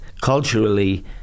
culturally